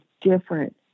different